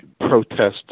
protests